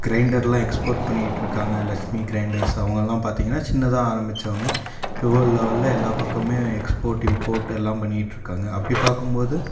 கிரைண்டரெல்லாம் export பண்ணியிட்டுருக்காங்க Lakshmi grinders அவங்க எல்லாம் பார்த்தீங்கன்னா சின்னதாக ஆரம்பிச்சவுங்க இப்போ வேர்ல்ட் லெவலில் எல்லா பக்கம் எக்ஸ்போர்ட் இம்போர்ட் எல்லாம் பண்ணியிட்டுருக்காங்க அப்படி பார்க்கும் போது